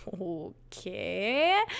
okay